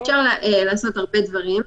אפשר לעשות הרבה דברים.